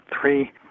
three